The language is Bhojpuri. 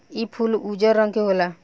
इ फूल उजर रंग के होला